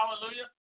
hallelujah